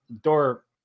door